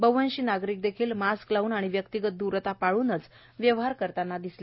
बव्हंशी नागरिक देखील मास्क लावून आणि व्यक्तिगत दूरता पाळूनच व्यवहार करतांना दिसले